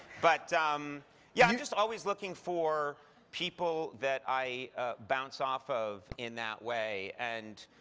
but um yeah, i'm just always looking for people that i bounce off of in that way. and